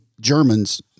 Germans